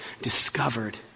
discovered